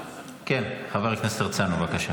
כן, חבר הכנסת הרצנו, בבקשה.